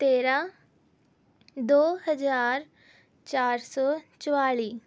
ਤੇਰਾਂ ਦੋ ਹਜ਼ਾਰ ਚਾਰ ਸੌ ਚੁਤਾਲੀ